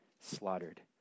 slaughtered